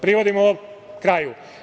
Privodim kraju.